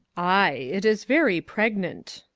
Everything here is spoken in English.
ay, it is very pregnant.